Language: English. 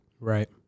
Right